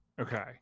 Okay